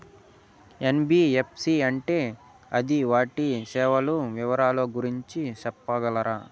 NBFC అంటే అది వాటి సేవలు వివరాలు గురించి సెప్పగలరా?